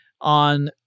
on